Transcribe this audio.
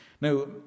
Now